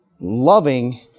loving